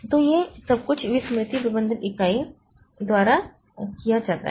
तो यह सब कुछ वे स्मृति प्रबंधन इकाई द्वारा किया जाता है